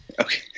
Okay